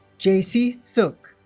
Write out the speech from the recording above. jaci zook